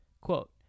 quote